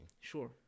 Sure